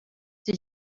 did